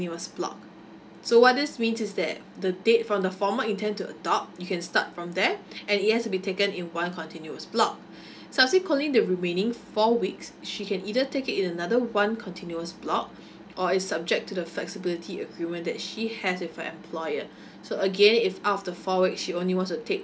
block so what this means is that the date from the one month you intend to adopt you can start from there and it has to be taken in one continues block subsequently the remaining four weeks she can either take it in another one continuous block or is subject to the flexibility agreement that she has with her employer so again if out of the four weeks she only want to take